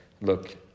look